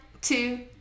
two